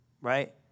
right